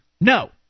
no